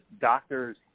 doctors